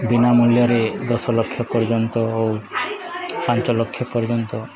ବିନା ମୂଲ୍ୟରେ ଦଶ ଲକ୍ଷ ପର୍ଯ୍ୟନ୍ତ ଓ ପାଞ୍ଚ ଲକ୍ଷ ପର୍ଯ୍ୟନ୍ତ